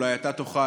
אולי אתה תוכל,